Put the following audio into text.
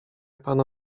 pana